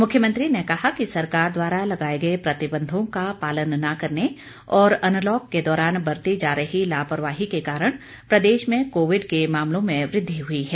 मुख्यमंत्री ने कहा कि सरकार द्वारा लगाए गए प्रतिबंधों का पालन न करने और अनलॉक के दौरान बरती जा रही लापरवाही के कारण प्रदेश में कोविड के मामलों में वृद्धि हुई है